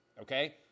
okay